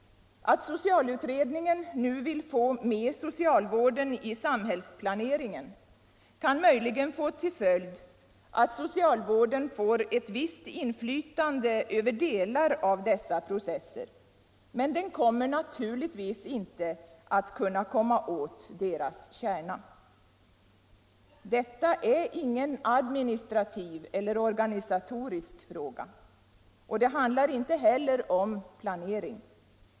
Att socialutredningen nu vill få med socialvården i samhällsplaneringen kan möjligen få till följd att socialvården får ett visst inflytande över delar av dessa processer, men den kommer naturligtvis inte att kunna komma åt deras kärna. Detta är ingen administrativ eller organisatorisk fråga. Och det handlar inte heller om planering.